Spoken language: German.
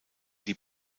die